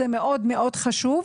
זה מאוד חשוב.